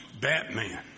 Batman